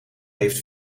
heeft